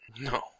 No